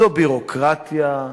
זו ביורוקרטיה,